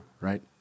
right